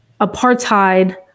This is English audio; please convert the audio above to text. apartheid